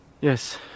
Yes